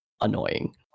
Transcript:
annoying